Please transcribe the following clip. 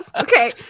Okay